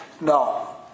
no